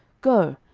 go,